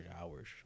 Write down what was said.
hours